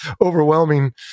overwhelming